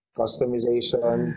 customization